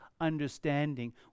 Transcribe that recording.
understanding